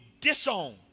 disown